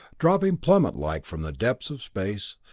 dropping plummet-like from the depths of space,